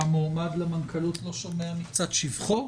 שהמועמד למנכ"לות לא שומע מקצת שבחו?